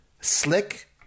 Slick